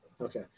Okay